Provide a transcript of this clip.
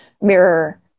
mirror